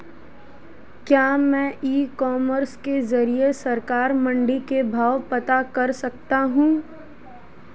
क्या मैं e commerce के ज़रिए सरकारी मंडी के भाव पता कर सकता हूँ?